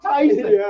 Tyson